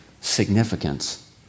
significance